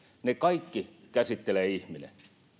ne kaikki käsittelee ihminen